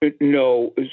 No